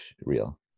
real